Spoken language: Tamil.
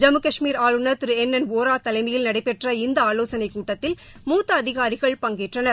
ஜம்மு கஷ்மீர் ஆளுநர் திரு என் என் வோரா தலைமையில் நடைபெற்ற இந்த ஆலோசனைக் கூட்டத்தில் மூத்த அதிகாரிகள் பங்கேற்றனர்